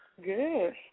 Good